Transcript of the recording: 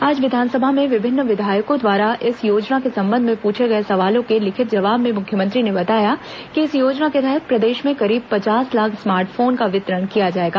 आज विधानसभा में विभिन्न विधायकों द्वारा इस योजना के संबंध में पूछे गए सवालों के लिखित जवाब में मुख्यमंत्री ने बताया कि इस योजना के तहत प्रदेश में करीब पचास लाख स्मार्ट फोन का वितरण किया जाएगा